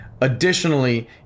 Additionally